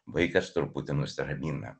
vaikas truputį nusiramina